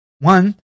One